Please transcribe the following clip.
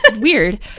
Weird